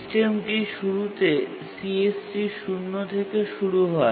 সিস্টেমের শুরুতে CSC ০শূন্য থেকে শুরু হয়